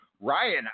ryan